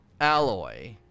alloy